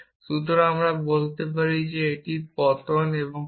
সুতরাং আমি বলতে পারি যে এটি পতন নয় এটি সত্য নয়